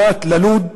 פרט ללוד,